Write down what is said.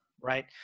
Right